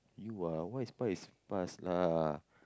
you ah what is past is past lah